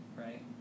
right